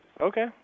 Okay